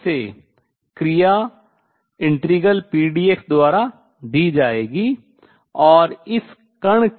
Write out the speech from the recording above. फिर से क्रिया ∫pdx द्वारा दी जाएगी